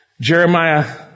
Jeremiah